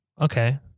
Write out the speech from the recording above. Okay